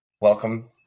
Welcome